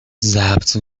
ضبط